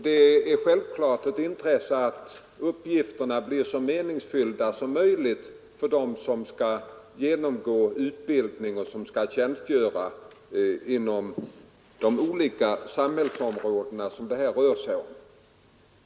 Det är självfallet ett intresse att uppgifterna blir så meningsfyllda som möjligt för dem som skall genomgå utbildning och som skall tjänstgöra inom de olika samhällsområden som det här rör sig om.